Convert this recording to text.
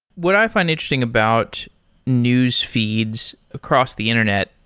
what i find interesting about newsfeeds across the internet,